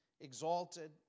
exalted